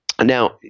Now